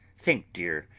think, dear,